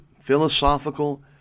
philosophical